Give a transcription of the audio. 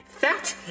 That